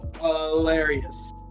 hilarious